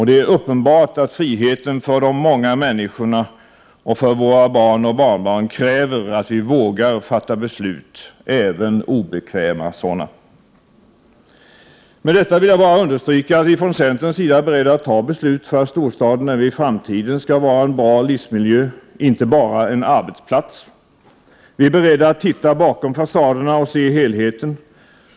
Det är uppenbart att friheten för de många människorna och för våra barn och barnbarn kräver att vi vågar fatta beslut, även obekväma sådana. Med detta vill jag bara understryka att vi från centerns sida är beredda att ta beslut för att storstaden även i framtiden skall vara en bra livsmiljö, inte bara en arbetsplats. Vi är beredda att titta bakom fasaderna och se helheten.